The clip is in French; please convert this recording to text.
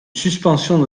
suspension